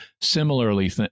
similarly